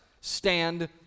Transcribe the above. stand